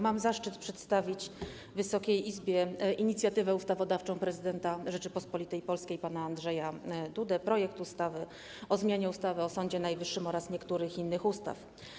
Mam zaszczyt przedstawić Wysokiej Izbie inicjatywę ustawodawczą prezydenta Rzeczypospolitej Polskiej pana Andrzeja Dudy, projekt ustawy o zmianie ustawy o Sądzie Najwyższym oraz niektórych innych ustaw.